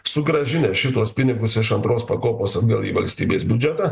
sugrąžinę šituos pinigus iš antros pakopos atgal į valstybės biudžetą